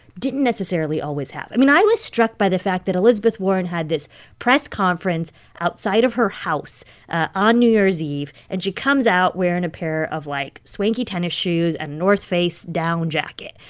didn't necessarily always have. i mean, i was struck by the fact that elizabeth warren had this press conference outside of her house ah on new year's eve, and she comes out wearing a pair of, like, swanky tennis shoes, a and north face down jacket.